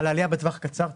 על העלייה בטווח הקצר.